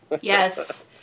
Yes